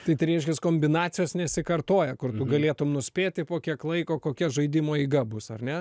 tai tai reiškias kombinacijos nesikartoja kur tu galėtum nuspėti po kiek laiko kokia žaidimo eiga bus ar ne